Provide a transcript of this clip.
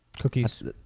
Cookies